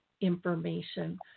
information